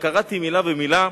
אלא קראתי מלה במלה.